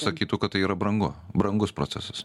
sakytų kad tai yra brangu brangus procesas